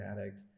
addict